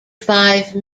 five